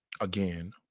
Again